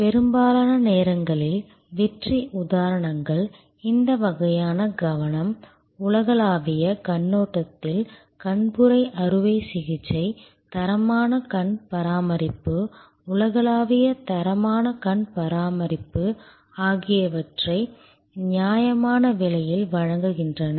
பெரும்பாலான நேரங்களில் வெற்றி உதாரணங்கள் இந்த வகையான கவனம் உலகளாவிய கண்ணோட்டத்தில் கண்புரை அறுவை சிகிச்சை தரமான கண் பராமரிப்பு உலகளாவிய தரமான கண் பராமரிப்பு ஆகியவற்றை நியாயமான விலையில் வழங்குகின்றன